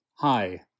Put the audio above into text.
Hi